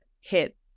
hit